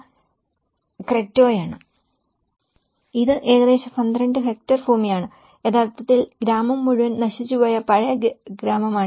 ഇത് ഏകദേശം 12 ഹെക്ടർ ഭൂമിയാണ് യഥാർത്ഥത്തിൽ ഗ്രാമം മുഴുവൻ നശിച്ചുപോയ പഴയ ഗ്രാമമാണിത്